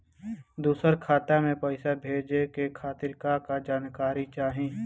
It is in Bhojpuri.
दूसर खाता में पईसा भेजे के खातिर का का जानकारी चाहि?